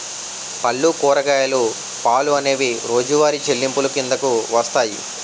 పళ్ళు కూరగాయలు పాలు అనేవి రోజువారి చెల్లింపులు కిందకు వస్తాయి